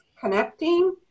connecting